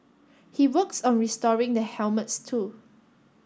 he works on restoring the helmets too